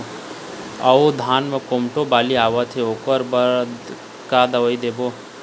अऊ धान म कोमटो बाली आवत हे ओकर बर का दवई देबो?